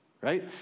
right